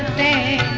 day